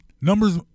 Numbers